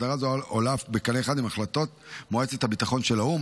הסדרה זו עולה בקנה אחד עם החלטות מועצת הביטחון של האו"ם,